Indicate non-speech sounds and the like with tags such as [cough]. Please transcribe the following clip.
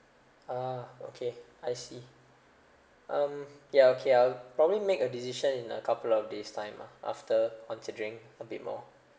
ah okay I see um [breath] ya okay I'll probably make a decision in a couple of days time lah after considering a bit more